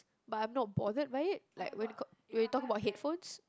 but I'm not bothered by it like where you talk when you're talking about headphones